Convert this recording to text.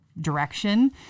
direction